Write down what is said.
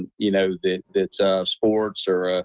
you know that that sports are ah